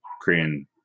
Korean